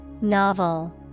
Novel